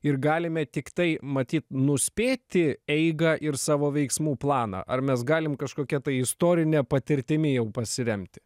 ir galime tiktai matyt nuspėti eigą ir savo veiksmų planą ar mes galim kažkokia tai istorine patirtimi jau pasiremti